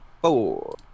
four